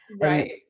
Right